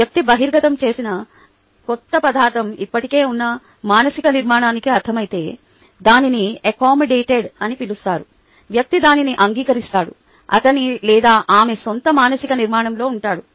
వ్యక్తి బహిర్గతం చేసిన క్రొత్త పదార్థం ఇప్పటికే ఉన్న మానసిక నిర్మాణానికి అర్ధమైతే దీనిని అక్కొమోడెటెడ్ అని పిలుస్తారు వ్యక్తి దానిని అంగీకరిస్తాడు అతని లేదా ఆమె సొంత మానసిక నిర్మాణంలో ఉంటాడు